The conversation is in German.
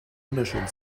wunderschönen